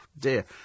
dear